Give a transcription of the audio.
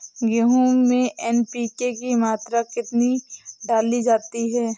गेहूँ में एन.पी.के की मात्रा कितनी डाली जाती है?